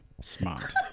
Smart